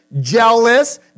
jealous